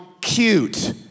cute